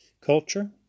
culture